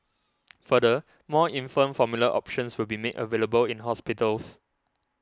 further more infant formula options will be made available in hospitals